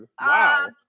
Wow